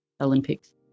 Olympics